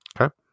Okay